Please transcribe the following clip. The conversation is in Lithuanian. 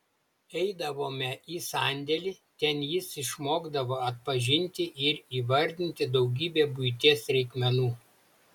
eidavome į sandėlį ten jis išmokdavo atpažinti ir įvardinti daugybę buities reikmenų